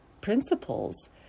principles